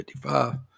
.55